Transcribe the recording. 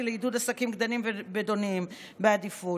לעידוד עסקים קטנים ובינוניים בעדיפות,